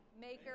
maker